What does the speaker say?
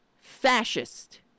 fascist